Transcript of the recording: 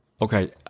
Okay